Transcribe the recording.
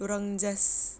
dorang just